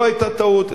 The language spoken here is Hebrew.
לא היתה טעות,